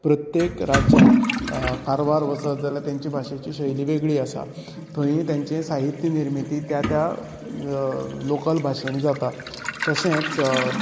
प्रत्येक राज्यान कारवार वचत जाल्यार तांचे भाशेची शैली वेगळी आसा थंयी तेंचे साहित्य निर्मीती त्या त्या लॉकल भाशेंत जाता तशेंच